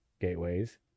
gateways